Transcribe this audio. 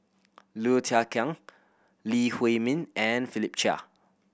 Low Thia Khiang Lee Huei Min and Philip Chia